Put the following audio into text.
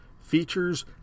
features